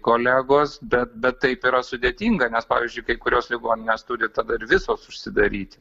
kolegos bet bet taip yra sudėtinga nes pavyzdžiui kai kurios ligoninės turi tada ir visos užsidaryti